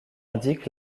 indique